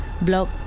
Block